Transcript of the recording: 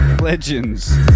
Legends